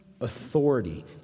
authority